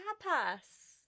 tapas